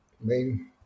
main